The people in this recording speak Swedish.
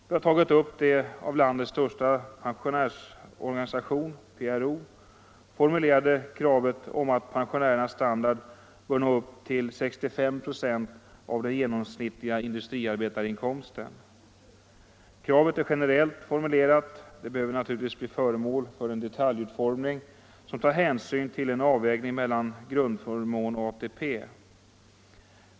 Vi har tagit upp det av landets största pensionärsorganisation — PRO — formulerade kravet om att pensionärernas standard bör nå upp till 65 96 av den genomsnittliga industriarbetarinkomsten. Kravet är generellt formulerat — det behöver naturligtvis bli föremål för en detaljutformning som tar hänsyn till en avvägning mellan grundförmån och ATP.